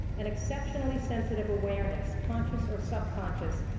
an exceptionally sensitive awareness, conscious or subconscious,